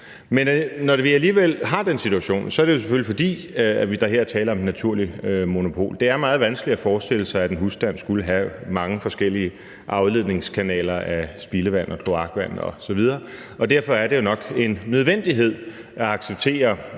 Når vi alligevel har den situation, er det selvfølgelig, fordi der her er tale om et naturligt monopol. Det er meget vanskeligt at forestille sig, at en husstand skulle have mange forskellige afledningskanaler til spildevand og kloakvand osv. Derfor er det jo nok en nødvendighed at acceptere